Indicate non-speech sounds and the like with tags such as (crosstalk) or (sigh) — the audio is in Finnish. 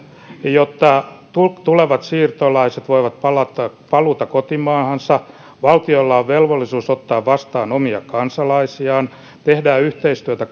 jotta tulevat siirtolaiset voivat palata kotimaahansa valtioilla on velvollisuus ottaa vastaan omia kansalaisiaan tehdään yhteistyötä (unintelligible)